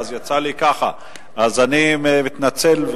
ואני מתנצל,